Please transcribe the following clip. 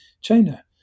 China